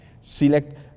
select